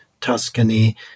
Tuscany